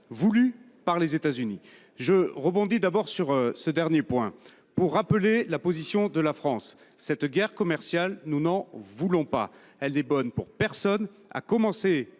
voulue par les États Unis. Concernant ce dernier point, je rappelle la position de la France : cette guerre commerciale, nous n’en voulons pas ; elle n’est bonne pour personne, à commencer